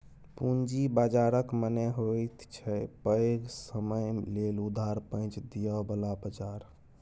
पूंजी बाजारक मने होइत छै पैघ समय लेल उधार पैंच दिअ बला बजार